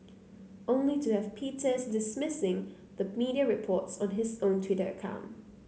only to have Peters dismissing the media reports on his own Twitter account